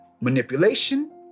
manipulation